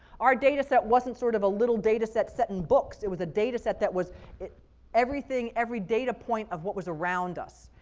our data set wasn't sort of a little data set set in books. it was a data set that was everything, every data point of what was around us.